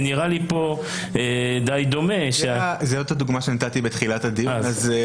נראה לי די דומה -- זאת אותה דוגמה שנתתי בתחילת הדיון אז...